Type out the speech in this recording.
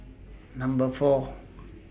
Number four